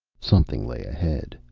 something lay ahead.